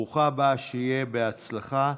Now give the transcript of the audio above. ברוכה הבאה ושיהיה בהצלחה.